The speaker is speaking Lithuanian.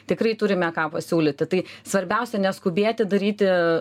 tikrai turime ką pasiūlyti tai svarbiausia neskubėti daryti